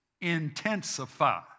intensify